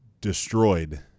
destroyed